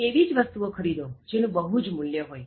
એવી જ વસ્તુઓ ખરીદો જેનું બહુ જ મૂલ્ય હોય